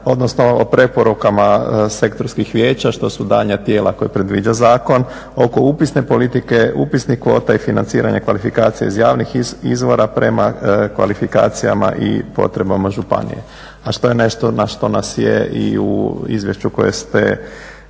odnosno o preporukama sektorskih vijeća što su daljnja tijela koja predviđa zakon oko upisne politike, upisnih kvota i financiranja kvalifikacija iz javnih izvora prema kvalifikacijama i potrebama županije. A što je nešto na što nas je i u izvješću koje ste